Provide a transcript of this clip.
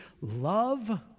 love